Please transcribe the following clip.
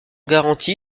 garanti